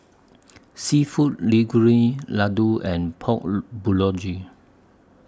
Seafood Linguine Ladoo and Pork Bulgogi